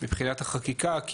מבחינת החקיקה.